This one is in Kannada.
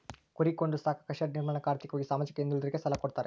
ಕುರಿ ಕೊಂಡು ಸಾಕಾಕ ಶೆಡ್ ನಿರ್ಮಾಣಕ ಆರ್ಥಿಕವಾಗಿ ಸಾಮಾಜಿಕವಾಗಿ ಹಿಂದುಳಿದೋರಿಗೆ ಸಾಲ ಕೊಡ್ತಾರೆ